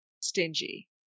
stingy